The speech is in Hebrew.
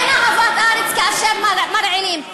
אין אהבת הארץ כאשר מרעילים.